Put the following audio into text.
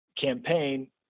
campaign